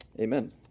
amen